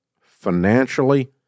financially